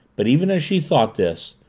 but even as she thought this,